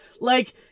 Like-